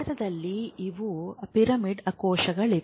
ಚಿತ್ರದಲ್ಲಿ ಇವು ಪಿರಮಿಡ್ ಕೋಶಗಳಾಗಿವೆ